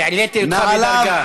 העליתי אותך בדרגה.